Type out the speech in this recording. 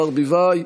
אורנה ברביבאי,